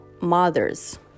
mothers